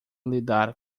lidar